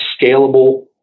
scalable